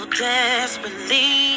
desperately